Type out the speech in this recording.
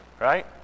right